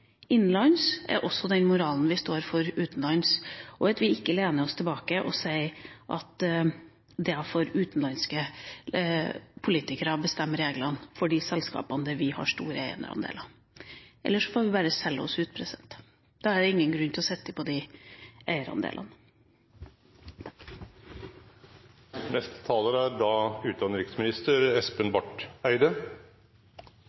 også er den moralen vi står for utenlands, og at vi ikke lener oss tilbake og sier at utenlandske politikere får bestemme reglene for de selskapene der vi har store eierandeler. Ellers får vi bare selge oss ut – da er det ingen grunn til å sitte på de eierandelene. Jeg merker meg med tilfredshet at innstillingen er